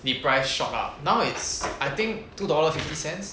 the price shot up now it's I think two dollar fifty cents